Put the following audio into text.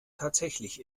tatsächlich